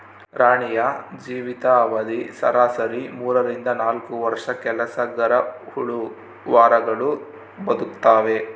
ರಾಣಿಯ ಜೀವಿತ ಅವಧಿ ಸರಾಸರಿ ಮೂರರಿಂದ ನಾಲ್ಕು ವರ್ಷ ಕೆಲಸಗರಹುಳು ವಾರಗಳು ಬದುಕ್ತಾವೆ